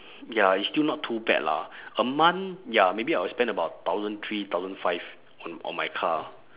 ya it's still not too bad lah a month ya maybe I'll spend about thousand three thousand five on on my car